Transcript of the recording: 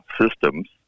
systems